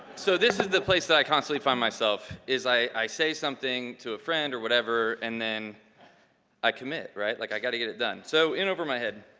so this is the place that i constantly find myself. i i say something to a friend or whatever and then i commit, right? like i gotta get it done. so in over my head.